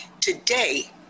Today